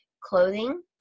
clothing